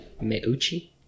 Meucci